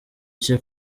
cye